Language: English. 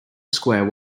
square